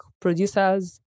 producers